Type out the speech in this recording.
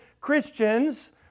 Christians